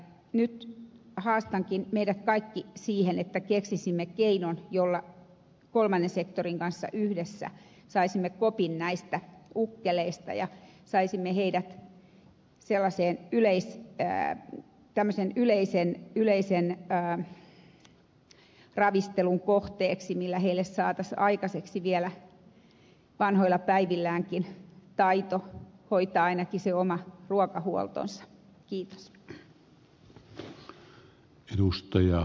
nyt haastankin meidät kaikki siihen että keksisimme keinon jolla kolmannen sektorin kanssa yhdessä saisimme kopin näistä ukkeleista saisimme heidät tämmöisen yleisen ravistelun kohteeksi millä heille saataisiin aikaiseksi vielä vanhoilla päivilläänkin taito hoitaa ainakin se oma ruokahuoltonsa